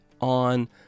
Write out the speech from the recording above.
on